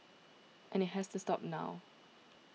and it has to stop now